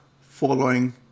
following